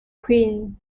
queen